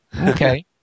Okay